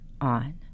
on